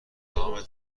تمام